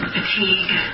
Fatigue